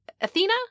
Athena